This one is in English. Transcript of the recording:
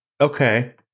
Okay